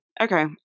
Okay